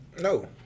No